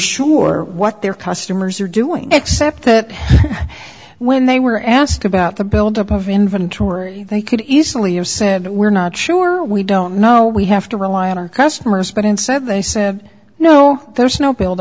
sure what their customers are doing except that when they were asked about the build up of inventory they could easily have said we're not sure we don't know we have to rely on our customers but instead they said no there's no build